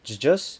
it's just